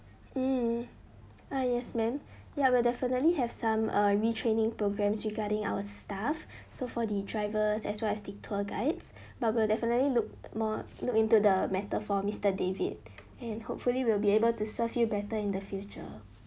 mm ah yes madam ya we'll definitely have some uh retraining programs regarding our staff so for the driver as well as the tour guides but we'll definitely look more look into the matter for mister david and hopefully we'll be able to serve you better in the future